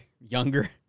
Younger